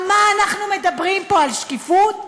על מה אנחנו מדברים פה, על שקיפות?